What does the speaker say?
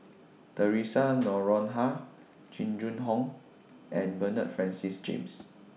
Theresa Noronha Jing Jun Hong and Bernard Francis James